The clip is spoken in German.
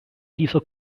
dieser